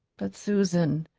but, susan,